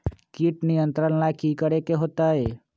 किट नियंत्रण ला कि करे के होतइ?